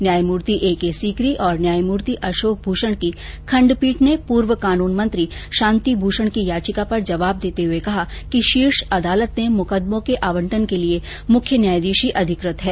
न्यायमूर्ति A K Sikri और न्यायमूर्ति अशोक मूषण की खण्ड पीठ ने पूर्व कानून मंत्री शांति भूषण की याचिका पर जवाब देते हुए कहा कि शीर्ष अदालत ने मुकदमों को आवटन के लिये मुख्य न्यायाधीश ही अधिकृत है